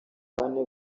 bane